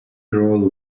role